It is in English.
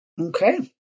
Okay